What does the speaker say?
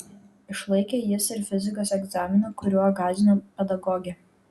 išlaikė jis ir fizikos egzaminą kuriuo gąsdino pedagogė